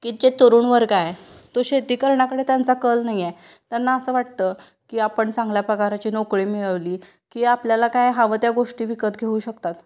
की जे तरुण वर्ग आहे तो शेती करण्याकडे त्यांचा कल नाही आहे त्यांना असं वाटतं की आपण चांगल्या प्रकारची नोकरी मिळवली की आपल्याला काय हवं त्या गोष्टी विकत घेऊ शकतात